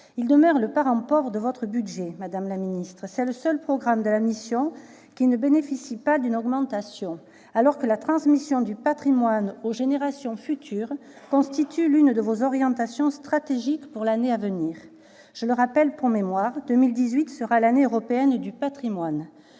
qui demeure le parent pauvre de votre budget. C'est le seul programme de la mission qui ne bénéficie pas d'une augmentation, alors que la transmission du patrimoine aux générations futures constitue l'une de vos orientations stratégiques pour l'année à venir. Je rappelle pour mémoire que 2018 sera l'année européenne du patrimoine.